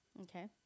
Okay